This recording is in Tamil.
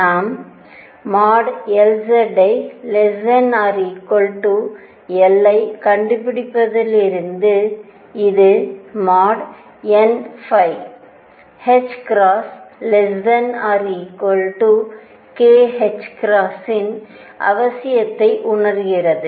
நாம் |Lz| ≤L ஐ கண்டுபிடித்ததிலிருந்து இது n ஐ ≤kℏ இன் அவசியத்தை உணர்த்துகிறது